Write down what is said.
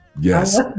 Yes